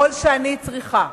ככל שאני צריכה